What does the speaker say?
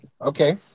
Okay